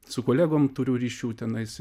su kolegom turiu ryšių tenais